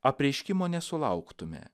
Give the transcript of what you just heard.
apreiškimo nesulauktume